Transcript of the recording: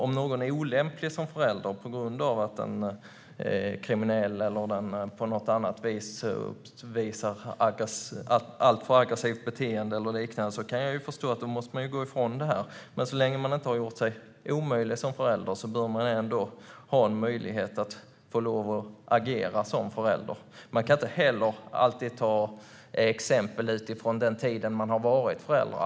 Om någon är olämplig som förälder - kriminell, uppvisar alltför aggressivt beteende eller liknande - kan jag förstå att man måste gå ifrån det här. Men så länge en förälder inte gjort sig omöjlig som förälder bör den ändå ha en möjlighet att få agera som förälder. Vi kan inte alltid ta exempel utifrån den tid man varit förälder.